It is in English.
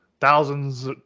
thousands